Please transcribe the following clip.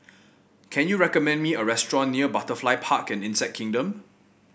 can you recommend me a restaurant near Butterfly Park and Insect Kingdom